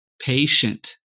patient